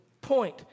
point